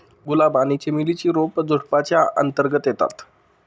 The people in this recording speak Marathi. गुलाब आणि चमेली ची रोप झुडुपाच्या अंतर्गत येतात